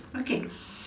okay